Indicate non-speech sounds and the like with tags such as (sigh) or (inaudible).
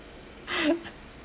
(laughs)